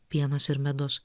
pienas ir medus